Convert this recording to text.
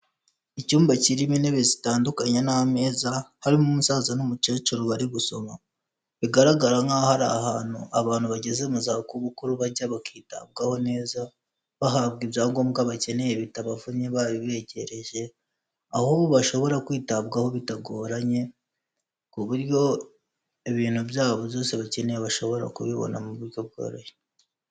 Icyumba kirimo intebe zitandukanye n'ameza, harimo umusaza n'umukecuru bari gusoma, bigaragara nkaho ari ahantu abantu bageze mu zabukuru bajya bakitabwaho neza, bahabwa ibyangombwa bakeneye bitabavunnye babegereje, aho bashobora kwitabwaho bitagoranye, ku buryo ibintu byabo byose bakeneye bashobora kubibona mu buryo bworoshye.